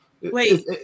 Wait